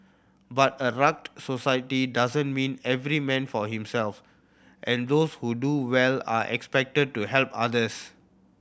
but a rugged society doesn't mean every man for himself and those who do well are expected to help others